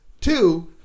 Two